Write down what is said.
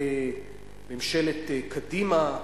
ממשלת קדימה,